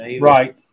Right